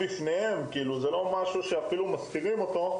בפניהם בצורה ישירה ובלי שום ניסיון להסתיר את האיומים הללו.